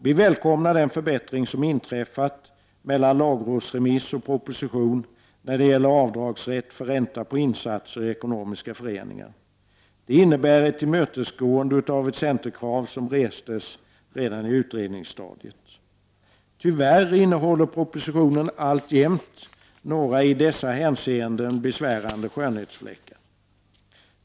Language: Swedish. Vi välkomnar den förbättring som inträffat på vägen mellan lagrådsremiss och proposition när det gäller avdragsrätt för ränta på insatser i ekonomiska föreningar. Det innebär ett tillmötesgående av ett centerkrav som restes redan på utredningsstadiet. Tyvärr innehåller propostionen alltjämt några i dessa hänseenden besvärande skönhetsfläckar.